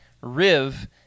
Riv